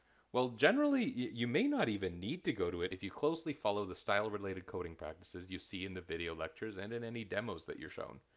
well, generally, you may not even need to go to it if you closely follow the style-related coding practices you see in the video lectures and in any demos that you're shown.